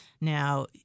Now